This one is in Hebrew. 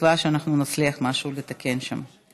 בתקווה שאנחנו נצליח לתקן שם משהו.